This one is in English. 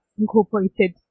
incorporated